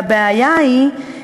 הבעיה היא,